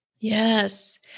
Yes